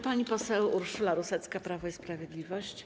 Pani poseł Urszula Rusecka, Prawo i Sprawiedliwość.